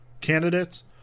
candidates